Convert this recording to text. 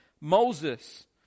Moses